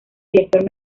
director